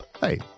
hey